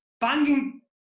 banging